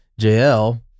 JL